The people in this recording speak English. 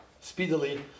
speedily